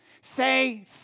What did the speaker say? Say